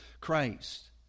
Christ